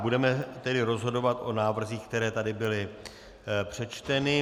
Budeme tedy rozhodovat o návrzích, které tady byly přečteny.